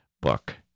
book